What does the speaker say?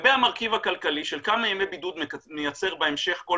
לגבי המרכיב הכלכלי של כמה ימי בידוד מייצר בהמשך כל